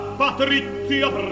patrizia